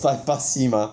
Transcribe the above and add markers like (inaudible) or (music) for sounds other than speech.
(laughs) fly past him ah